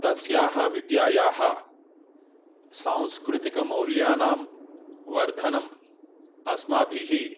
तस्याः विद्यायाः सांस्कृतिकमौल्यानां वर्धनम् अस्माभिः